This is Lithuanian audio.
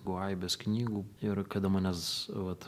buvo aibės knygų ir kada manęs vat